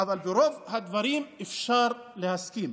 אבל ברוב הדברים אפשר להסכים.